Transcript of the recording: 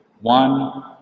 one